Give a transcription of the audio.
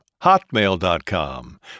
hotmail.com